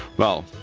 well,